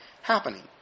happening